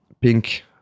pink